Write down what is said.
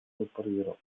superhero